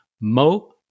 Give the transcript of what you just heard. Mo